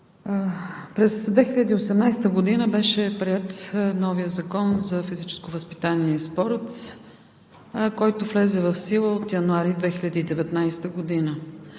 През 2018 г. беше приет новият Закон за физическото възпитание и спорта, който влезе в сила от януари 2019 г.